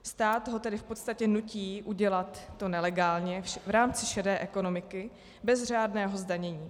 Stát ho tedy v podstatě nutí udělat to nelegálně v rámci šedé ekonomiky bez řádného zdanění.